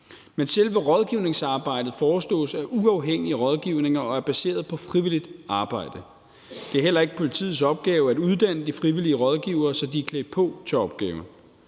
Men selve rådgivningsarbejdet forestås af uafhængige rådgivninger og er baseret på frivilligt arbejde. Det er heller ikke politiets opgave at uddanne de frivillige rådgivere, så de er klædt på til opgaven.